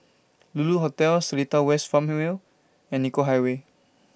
Lulu Hotel Seletar West Farmway and Nicoll Highway